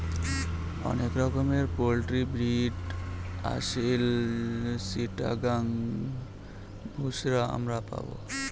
অনেক রকমের poultry breed Aseel, Chittagong, বুশরা আমরা পাবো